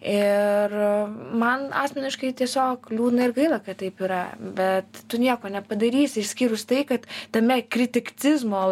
ir man asmeniškai tiesiog liūdna ir gaila kad taip yra bet tu nieko nepadarys išskyrus tai kad tame kriticizmo